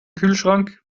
kühlschrank